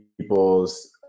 peoples